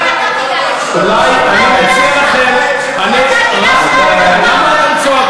תוכנית נדיבה מאוד, חבל מאוד שאתם מתנגדים,